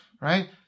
right